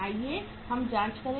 आइए हम जाँच करें